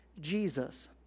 Jesus